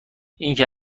اینکه